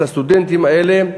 את הסטודנטים האלה,